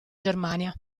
germania